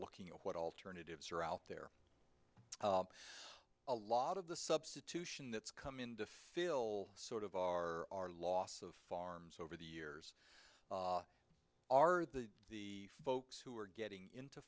looking at what alternatives are out there a lot of the substitution that's come in to fill sort of our our loss of farms over the our the the folks who are getting into